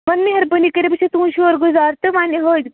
وۄنۍ مہربٲنی کٔرِ بہٕ چھَس تُہٕنٛز شکُر گُزار تہٕ وَنۍ یِتھۍ